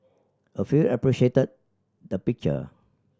a few appreciated the picture